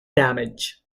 damage